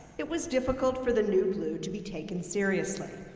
it was difficult for the new blue to be taken seriously.